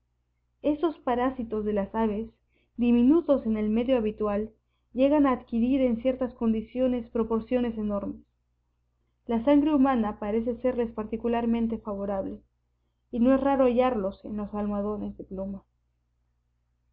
estos parásitos de las aves diminutos en el medio habitual llegan a adquirir en ciertas condiciones proporciones enormes la sangre humana parece serles particularmente favorable y no es raro hallarlos en los almohadones de pluma